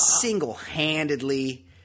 single-handedly